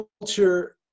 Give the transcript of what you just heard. Culture